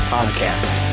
Podcast